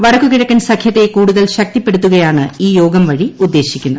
വടക്കു കിഴക്കൻ സഖ്യത്തെ കൂടുതൽ ശക്തിപ്പെട്ടുത്തുക്കയാണ് ഈ യോഗം വഴി ഉദ്ദേശിക്കുന്നത്